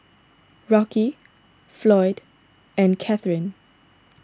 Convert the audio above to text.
Rocky Floyd and Kathrine